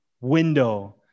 window